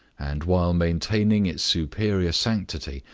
and, while maintaining its superior sanctity,